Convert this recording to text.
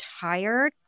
tired